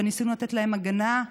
וניסינו לתת להן הגנה.